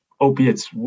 opiates